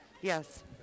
Yes